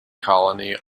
colony